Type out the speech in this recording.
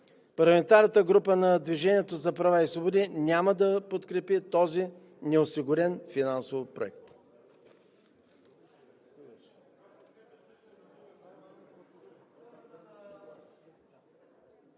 Парламентарната група на „Движението за права и свободи“ няма да подкрепи този неосигурен финансово проект.